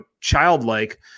childlike